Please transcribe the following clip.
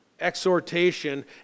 exhortation